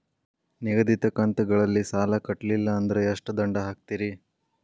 ನಿಗದಿತ ಕಂತ್ ಗಳಲ್ಲಿ ಸಾಲ ಕಟ್ಲಿಲ್ಲ ಅಂದ್ರ ಎಷ್ಟ ದಂಡ ಹಾಕ್ತೇರಿ?